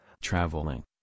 traveling